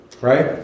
right